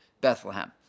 Bethlehem